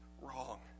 wrong